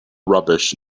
rubbish